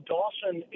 Dawson